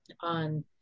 on